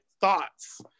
thoughts